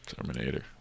Terminator